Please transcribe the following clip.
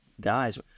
guys